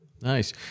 Nice